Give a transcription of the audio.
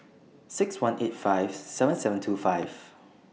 six one eight five seven seven two five